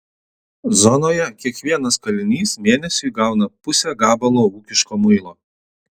zonoje kiekvienas kalinys mėnesiui gauna pusę gabalo ūkiško muilo